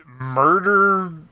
Murder